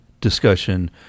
discussion